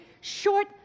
short